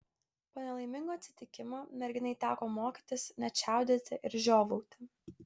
po nelaimingo atsitikimo merginai teko mokytis net čiaudėti ir žiovauti